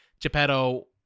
geppetto